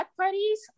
parties